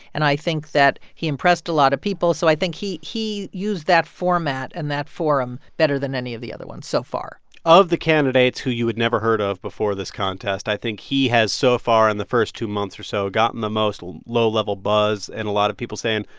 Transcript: and i think that he impressed a lot of people, so i think he he used that format and that forum better than any of the other ones so far of the candidates who you would never heard of before this contest, i think he has so far in the first two months or so gotten the most low-level buzz and a lot of people saying,